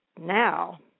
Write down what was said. Now